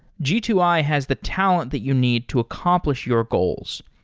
g two i has the talent that you need to accomplish your goals.